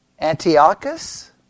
Antiochus